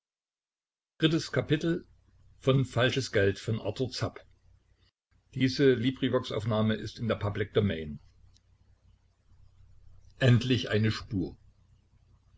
endlich eine spur